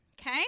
okay